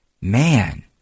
man